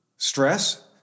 Stress